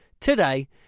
today